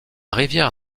rivière